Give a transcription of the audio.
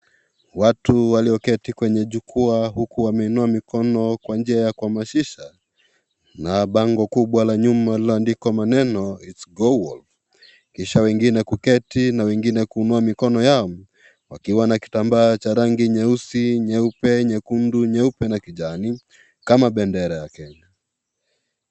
Watu walioketi kwenye jukwaa huku wameinua mikono kwa njia ya kuhamasisha, na bango kubwa la nyuma lililoandikwa maneno it's go wolf kisha wengine kuketi na wengine kuinua mikono yao, wakiwa na kitambaa cha rangi nyeusi, nyeupe, nyekundu, nyeupe na kijani, kama bendera ya Kenya.